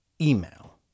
email